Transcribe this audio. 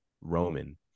Roman